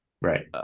Right